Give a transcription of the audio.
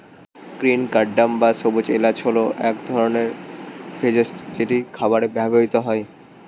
green cardamom বা সবুজ এলাচ হল এক ধরনের ভেষজ যেটি খাবারে ব্যবহৃত হয়